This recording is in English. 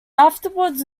afterwards